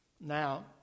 Now